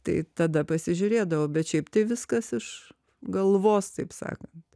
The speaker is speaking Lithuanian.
tai tada pasižiūrėdavau bet šiaip tai viskas iš galvos taip sakant